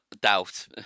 doubt